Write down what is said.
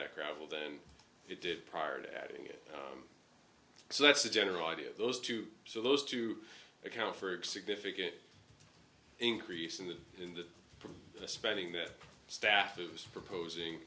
that gravel than it did prior to adding it so that's a general idea of those two so those to account for it significant increase in the in the spending that staff is proposing